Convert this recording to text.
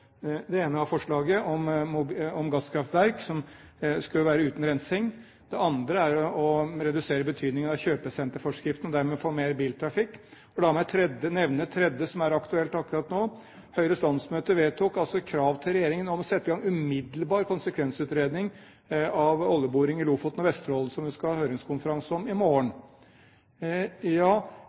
Det ene er forslaget om gasskraftverk som skal være uten rensing, og det andre er å redusere betydningen av kjøpesenterforskriften, og dermed få mer biltrafikk. Og la meg nevne det tredje som er aktuelt akkurat nå: Høyres landsmøte vedtok å stille krav til regjeringen om umiddelbart å sette i gang konsekvensutredning av oljeboring i Lofoten og Vesterålen, som vi skal ha høringskonferanse om i morgen.